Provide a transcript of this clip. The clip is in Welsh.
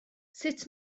sut